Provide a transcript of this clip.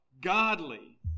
godly